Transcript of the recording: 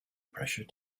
pressure